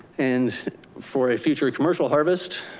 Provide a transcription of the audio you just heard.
and for a future commercial harvest,